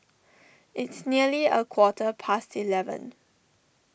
its nearly a quarter past eleven